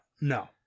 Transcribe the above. No